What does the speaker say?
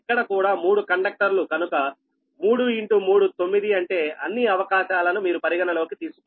ఇక్కడ కూడా 3 కండక్టర్లు కనుక 3 3 9 అంటే అన్ని అవకాశాలను మీరు పరిగణలోకి తీసుకోవాలి